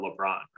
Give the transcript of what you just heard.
LeBron